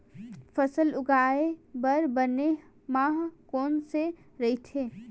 फसल उगाये बर बने माह कोन से राइथे?